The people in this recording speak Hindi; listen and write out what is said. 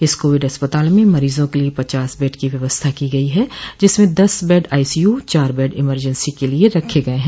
इस कोविड अस्पताल में मरीजों के लिए पचास बेड की व्यवस्था की गयी जिसमें दस बेड आईसीयू चार बेड इमरजेन्सी के लिए रखे गये हैं